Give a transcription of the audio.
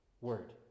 word